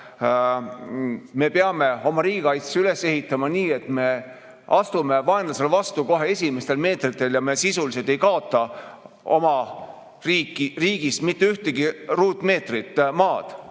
me peame oma riigikaitse üles ehitama nii, et me astume vaenlasele vastu kohe esimestel meetritel ja me sisuliselt ei kaota oma riigist mitte ühtegi ruutmeetrit maad,